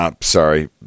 Sorry